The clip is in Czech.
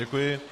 Děkuji.